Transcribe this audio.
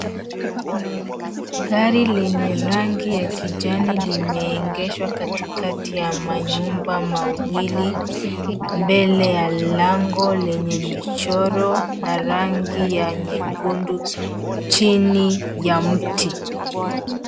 Gari lenye rangi ya kijani limeegeshwa katikati ya manyumba mawili mbele ya lango lenye michoro na rangi ya nyekundu chini ya mti.